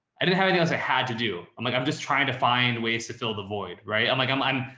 i didn't have any of those i had to do. i'm like, i'm just trying to find ways to fill the void. right? i'm like, i'm, i'm,